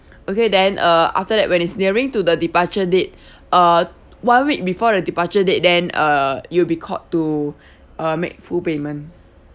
okay then uh after that when is nearing to the departure date uh one week before the departure date then uh you'll be called to uh make full payment